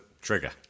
trigger